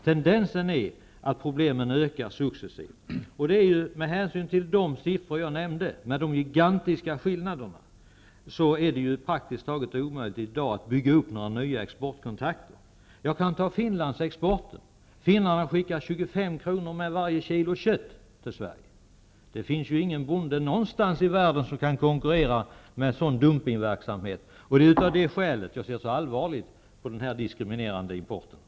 Tendensen är att problemen successivt ökar. Men hänsyn till de siffror jag nämnde, de gigantiska skillnaderna, är det i dag praktiskt taget omöjligt att bygga upp några nya exportkontakter. Jag kan ta Finlands export som ett exempel. Finnarna skickar 25 kr. med varje kilo kött till Sverige. Det finns ju ingen bonde någonstans i världen som kan konkurrera med en sådan dumpningsverksamhet, och det är av det skälet jag ser så allvarligt på den här diskriminerande importen.